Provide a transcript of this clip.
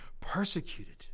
persecuted